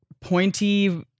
pointy